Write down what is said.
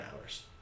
hours